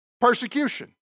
Persecution